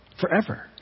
forever